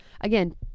Again